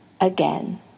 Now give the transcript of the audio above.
again